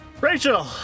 Rachel